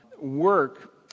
work